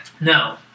No